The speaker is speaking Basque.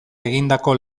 egindako